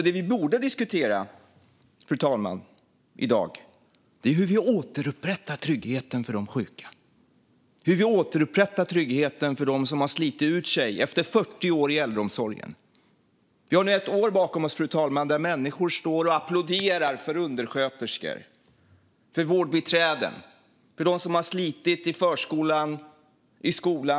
Det vi borde diskutera i dag, fru talman, är hur vi återupprättar tryggheten för de sjuka och för dem som har slitit ut sig efter 40 år i äldreomsorgen. Under ett år nu har människor stått och applåderat för undersköterskor, vårdbiträden och dem som har slitit i förskolan och skolan.